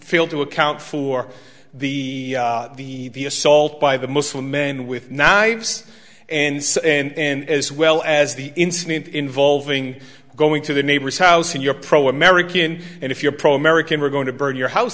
failed to account for the the assault by the muslim men with knives and and as well as the incident involving going to the neighbor's house and you're pro american and if you're pro american we're going to burn your house